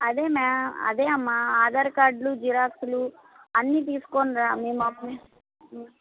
అదే అమ్మా అదే అమ్మా ఆధార్ కార్డులు జిరాక్స్లు అన్నీ తీసుకొని రా మేము అప్పుడు